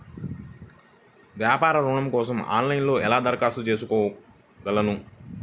వ్యాపార ఋణం కోసం ఆన్లైన్లో ఎలా దరఖాస్తు చేసుకోగలను?